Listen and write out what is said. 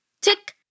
tick